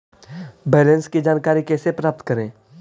Balance की जानकारी कैसे प्राप्त करे?